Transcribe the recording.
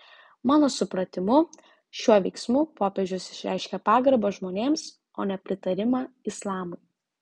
mano supratimu šiuo veiksmu popiežius išreiškė pagarbą žmonėms o ne pritarimą islamui